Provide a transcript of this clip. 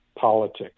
politics